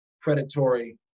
predatory